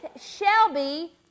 Shelby